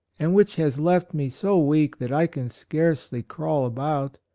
and which has left me so weak that i can scarcely crawl about,